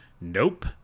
Nope